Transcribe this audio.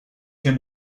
him